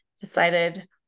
decided